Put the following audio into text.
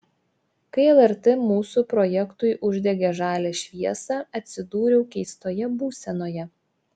kai lrt mūsų projektui uždegė žalią šviesą atsidūriau keistoje būsenoje